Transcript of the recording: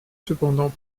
cependant